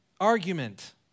argument